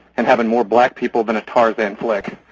and having more black people than a tarzan flick. are